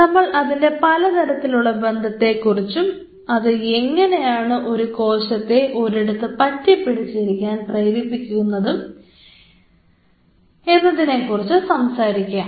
നമ്മൾ അതിൻറെ പലതരത്തിലുള്ള ബന്ധത്തെക്കുറിച്ചും അത് എങ്ങനെയാണ് ഒരു കോശത്തെ ഒരിടത്ത് പറ്റിപിടിച്ച് ഇരിക്കാൻ പ്രേരിപ്പിക്കുകയും ചെയ്യുന്നത് എന്നതിനെക്കുറിച്ചും സംസാരിക്കാം